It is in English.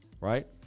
Right